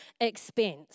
expense